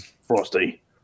Frosty